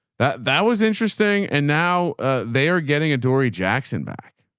that, that was interesting. and now they are getting adori jackson back.